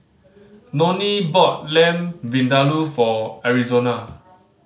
Nonie bought Lamb Vindaloo for Arizona